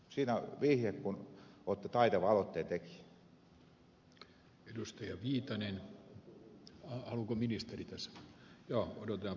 siinä vihje kun olette taitava aloitteentekijä